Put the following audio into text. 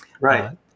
Right